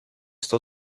sto